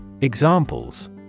Examples